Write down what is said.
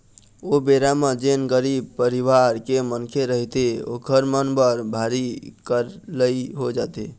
ओ बेरा म जेन गरीब परिवार के मनखे रहिथे ओखर मन बर भारी करलई हो जाथे